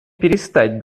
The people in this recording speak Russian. перестать